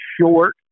short